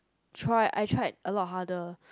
try I tried a lot harder